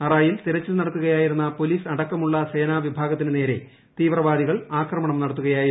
അറായിൽ തെരച്ചിൽ നടത്തുകയായിരുന്ന പൊലീസ് അടക്കമുള്ള സേനാ വിഭാഗത്തിനു നേരെ തീവ്രവാദികൾ ൂ ്ആക്മണം നടത്തുകയായിരുന്നു